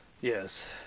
yes